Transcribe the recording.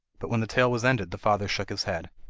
but when the tale was ended the father shook his head.